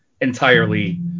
entirely